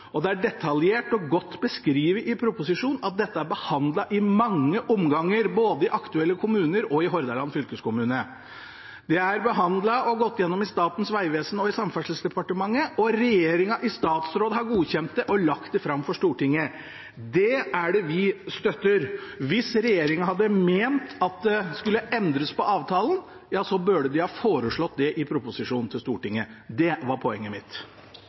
Det er detaljert og godt beskrevet i proposisjonen at dette er behandlet i mange omganger både i aktuelle kommuner og i Hordaland fylkeskommune. Det er behandlet og gått gjennom i Statens vegvesen og i Samferdselsdepartementet, og regjeringen har godkjent det og lagt det fram for Stortinget. Det er det vi støtter. Hvis regjeringen hadde ment at det skulle endres på avtalen, så burde den ha foreslått det i proposisjonen til Stortinget. Det var poenget mitt.